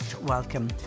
Welcome